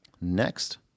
next